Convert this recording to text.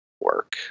work